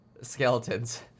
skeletons